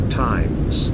times